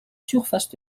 surfaces